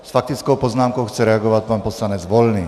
S faktickou poznámkou chce reagovat pan poslanec Volný.